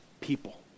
people